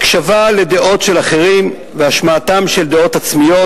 הקשבה לדעות של אחרים והשמעתן של דעות עצמיות,